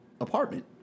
apartment